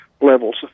levels